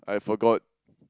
I forgot